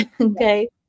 Okay